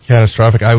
Catastrophic